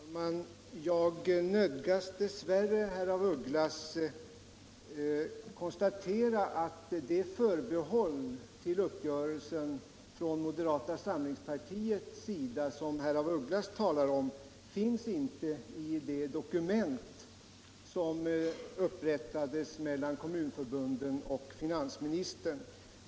Herr talman! Jag nödgas dess värre, herr af Ugglas, konstatera att det förbehåll till uppgörelsen från moderata samlingspartiets sida som herr af Ugglas talar om inte syns i det dokument som upprättades mellan kommunförbunden och finansministern.